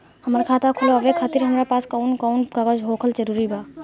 हमार खाता खोलवावे खातिर हमरा पास कऊन कऊन कागज होखल जरूरी बा?